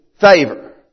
favor